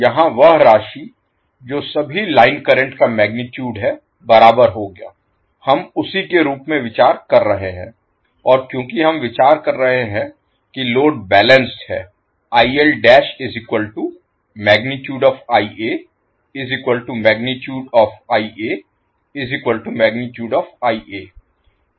यहां वह राशि जो सभी लाइन करंट का मैगनीटुड है बराबर होगा हम उसी के रूप में विचार कर रहे हैं और क्योंकि हम विचार कर रहे हैं कि लोड बैलेंस्ड है